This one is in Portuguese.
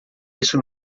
isso